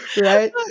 right